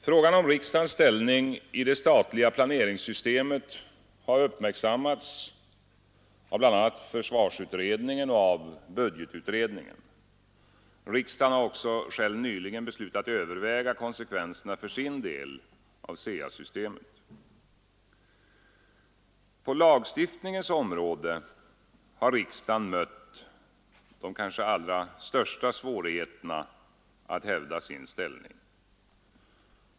Frågan om riksdagens ställning i det statliga planeringssystemet har uppmärksammats av bl.a. försvarsutredningen och budgetutredningen. Riksdagen har också själv nyligen beslutat överväga konsekvenserna för sin del av SEA-systemet. På lagstiftningens område har riksdagen mött de kanske allra största svårigheterna att hävda sin ställning.